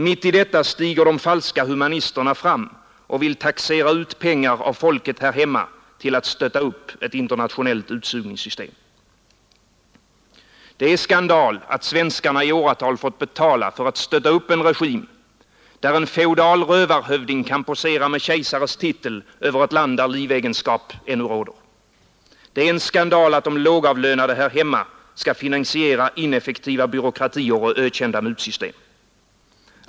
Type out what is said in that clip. Mitt i detta stiger de falska humanisterna fram och vill taxera ut pengar av folket här hemma till att stötta upp ett internationellt utsugningssystem. Det är en skandal att svenskarna i åratal fått betala för att stötta upp en regim, där en feodal rövarhövding kan posera med kejsares titel över ett land där livegenskap ännu råder. Det är en skandal att de lågavlönade här hemma skall finansiera ineffektiva byråkratier och ökända mutsystem.